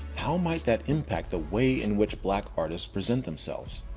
how might that impact the way in which black artists present themselves?